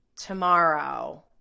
tomorrow